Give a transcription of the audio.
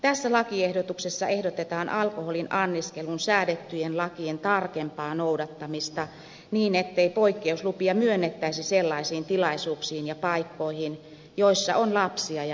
tässä lakiehdotuksessa ehdotetaan alkoholin anniskelusta säädettyjen lakien tarkempaa noudattamista niin ettei poikkeuslupia myönnettäisi sellaisiin tilaisuuksiin ja paikkoihin joissa on lapsia ja nuoria